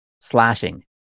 slashing